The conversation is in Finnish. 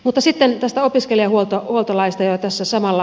mutta sitten tästä opiskelijahuoltolaista jo tässä samalla